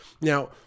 Now